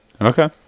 Okay